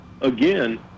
again